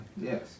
yes